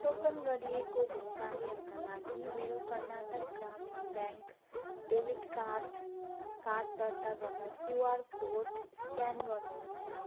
token गरिएको भुक्तानीहरूका लागि मेरो कर्नाटक ग्रामीण ब्याङ्क डेबिट कार्ड कार्ड दर्ता गर्न क्युआर कोड स्क्यान गर्नुहोस्